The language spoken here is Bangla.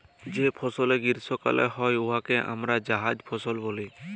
যে ফসলে গীষ্মকালে হ্যয় উয়াকে আমরা জাইদ ফসল ব্যলি